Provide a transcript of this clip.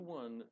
one